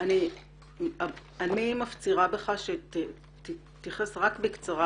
אני מפצירה בך שתתייחס בקצרה